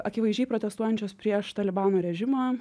akivaizdžiai protestuojančios prieš talibano režimą